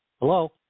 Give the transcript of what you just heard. Hello